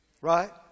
right